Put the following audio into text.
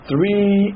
Three